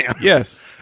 Yes